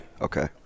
Okay